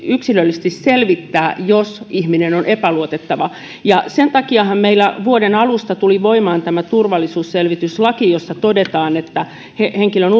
yksilöllisesti selvittää jos ihminen on epäluotettava sen takiahan meillä vuoden alusta tuli voimaan tämä turvallisuusselvityslaki jossa todetaan että henkilön